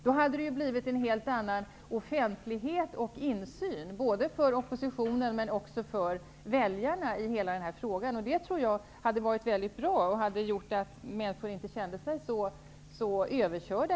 Då hade det blivit en helt annan offentlighet och insyn, för oppositionen men också för väljarna. Det tror jag hade varit bra. Det skulle ha gjort att människor inte hade känt sig så överkörda.